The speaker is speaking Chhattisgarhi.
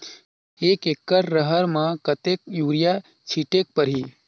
एक एकड रहर म कतेक युरिया छीटेक परही?